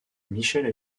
michelle